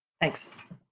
Thanks